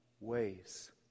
ways